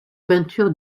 peintures